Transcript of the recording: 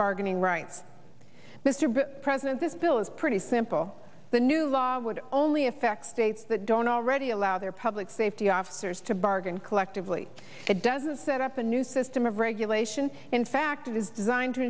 bargaining rights mr but president this bill is pretty simple the new law would only affect states that don't already allow their public safety officers to bargain collectively it doesn't set up a new system of regulation in fact it is designed to